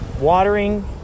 watering